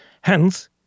hence